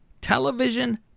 television